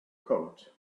coat